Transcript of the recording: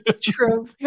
true